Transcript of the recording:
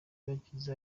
bagize